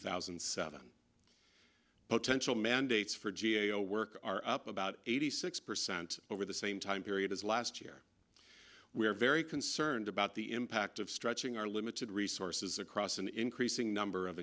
thousand and seven potential mandates for g a o work are up about eighty six percent over the same time period as last year we are very concerned about the impact of stretching our limited resources across an increasing number of